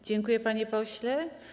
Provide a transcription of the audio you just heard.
Dziękuję, panie pośle.